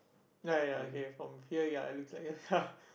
ya ya okay from here ya it looks like ya ya